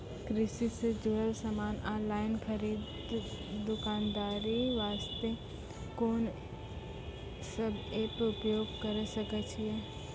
कृषि से जुड़ल समान ऑनलाइन खरीद दुकानदारी वास्ते कोंन सब एप्प उपयोग करें सकय छियै?